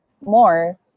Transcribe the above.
more